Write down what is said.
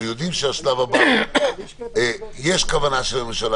אנחנו יודעים שהשלב הבא יש כוונה של הממשלה,